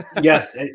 Yes